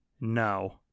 No